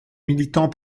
militants